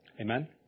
Amen